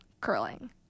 curling